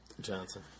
Johnson